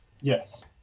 Yes